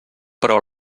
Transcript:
però